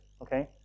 okay